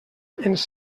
ens